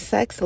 Sex